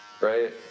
right